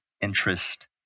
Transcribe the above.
interest